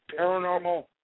Paranormal